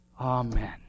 Amen